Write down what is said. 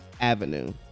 avenue